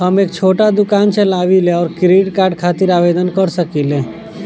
हम एक छोटा दुकान चलवइले और क्रेडिट कार्ड खातिर आवेदन कर सकिले?